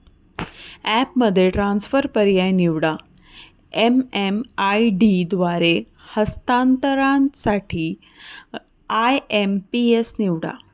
ॲपमध्ये ट्रान्सफर पर्याय निवडा, एम.एम.आय.डी द्वारे हस्तांतरणासाठी आय.एम.पी.एस निवडा